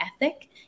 ethic